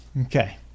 Okay